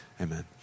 amen